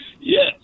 Yes